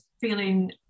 feeling